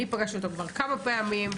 אני פגשתי אותו כבר כמה פעמים.